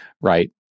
right